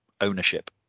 ownership